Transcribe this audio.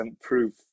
proof